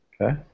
Okay